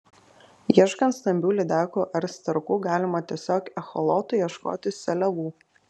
ieškant stambių lydekų ar sterkų galima tiesiog echolotu ieškoti seliavų